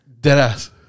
Deadass